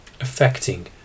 affecting